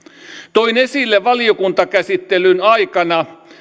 toin esille valiokuntakäsittelyn aikana